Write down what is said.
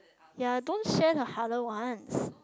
ye don't share the harder one